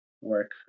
work